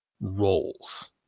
roles